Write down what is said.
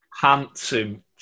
Handsome